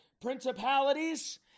principalities